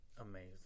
amazing